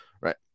right